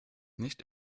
nicht